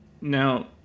Now